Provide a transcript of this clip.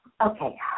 okay